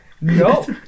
No